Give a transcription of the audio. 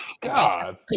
God